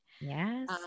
Yes